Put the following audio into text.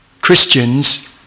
Christians